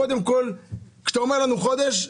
כשאתה אומר לנו חודש,